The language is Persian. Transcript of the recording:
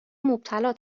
مبتلا